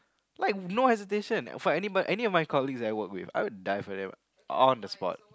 like no hesitation for any any colleague that I work with I would die for them on the spot